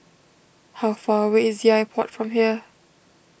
how far away is the iPod from here